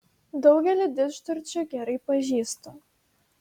daugelį didžturčių gerai pažįstu